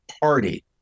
party